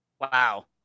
Wow